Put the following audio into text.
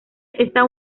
esta